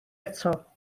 eto